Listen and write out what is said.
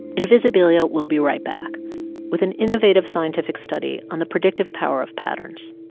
invisibilia will be right back with an innovative scientific study on the predictive power of patterns